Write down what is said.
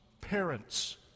parents